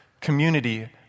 community